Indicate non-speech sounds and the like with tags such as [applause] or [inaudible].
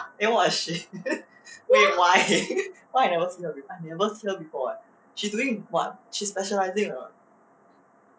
then what is she [laughs] wait why [laughs] why I never see her before I never see her before eh she doing what she specialising in [what]